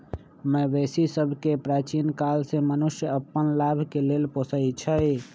मवेशि सभके प्राचीन काले से मनुष्य अप्पन लाभ के लेल पोसइ छै